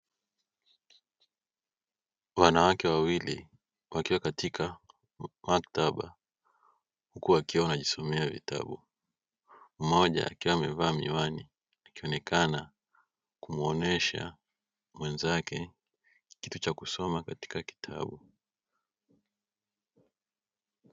Wanawake wawili wakiwa katika maktaba huku wakiwa wanajisomea vitabu, mmoja akiwa amevaa miwani akionekana kumuonesha mwenzake kitu cha kusoma katika kitabu.